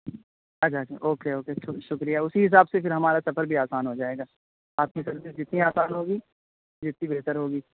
اچھا اچھا okay okay شکریہ اسی حساب سے پھر ہمارا سفر بھی آسان ہوجائے گا آپ کی طرف سے جتنی آسان ہوگی اتنی بہتر ہوگی